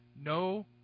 No